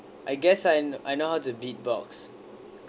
I guess I I know how to beatbox